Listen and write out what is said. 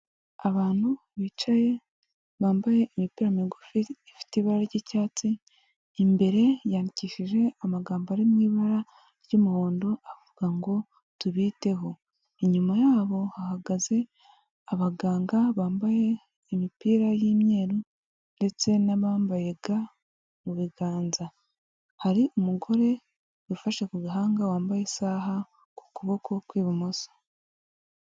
Abantu bicaye bambaye imipira migufi ifite ibara ry'icyatsi, imbere yanyandikishije amagambo ari mu ibara ry'umuhondo avuga ngo tubiteho, inyuma yabo hahagaze abaganga bambaye imipira y'imyeru ndetse n'abambaye ga mu biganza, hari umugore wifashe ku gahanga wambaye isaha ku kuboko kw'ibumoso.